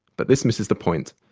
but this misses the point.